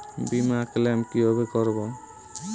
বিমা ক্লেম কিভাবে করব?